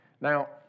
Now